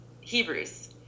Hebrews